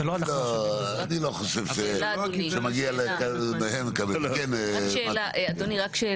אני לא חושב שמגיע להם לקבל --- אדוני, רק שאלה.